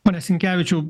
pone sinkevičiau